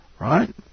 Right